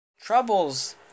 troubles